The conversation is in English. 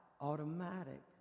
automatic